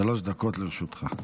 שלוש דקות לרשותך.